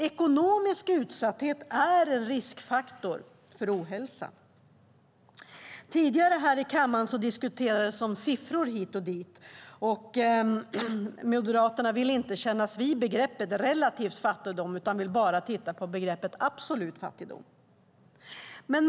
Ekonomisk utsatthet är en riskfaktor för ohälsa. Tidigare här i kammaren diskuterades siffror hit och dit, och Moderaterna vill inte kännas vid begreppet relativ fattigdom utan vill bara titta på begreppet absolut fattigdom.